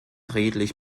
redlich